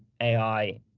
AI